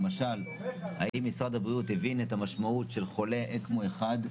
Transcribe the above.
למשל האם משרד הבריאות הבין את המשמעות של חולה אקמו אחד,